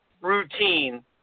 routine